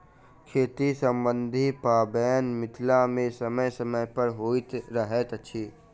खेती सम्बन्धी पाबैन मिथिला मे समय समय पर होइत रहैत अछि